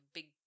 Big